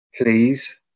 please